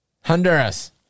Honduras